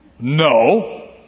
No